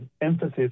emphasis